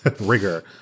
rigor